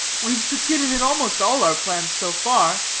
we've succeeded in almost all our plans so far,